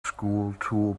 schooltool